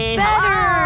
better